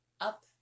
up